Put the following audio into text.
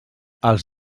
els